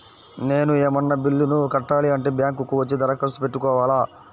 నేను ఏమన్నా బిల్లును కట్టాలి అంటే బ్యాంకు కు వచ్చి దరఖాస్తు పెట్టుకోవాలా?